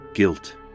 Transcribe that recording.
Guilt